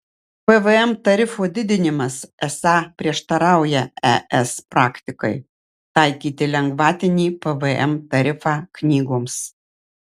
pvm tarifo didinimas esą prieštarauja es praktikai taikyti lengvatinį pvm tarifą knygoms